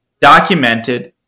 documented